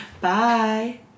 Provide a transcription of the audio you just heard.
Bye